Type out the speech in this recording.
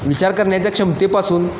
विचार करण्याच्या क्षमतेपासून